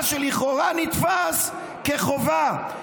כחובה.